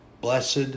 blessed